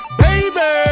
baby